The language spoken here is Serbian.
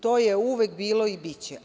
To je uvek bilo i biće.